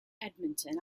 edmonton